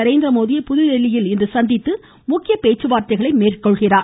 நரேந்திரமோதியை புதுதில்லியில் சந்தித்து முக்கிய பேச்சுவார்த்தைகளை மேற்கொள்கிறார்